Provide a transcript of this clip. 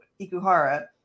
Ikuhara